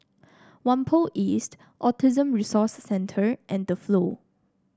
Whampoa East Autism Resource Centre and The Flow